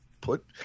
put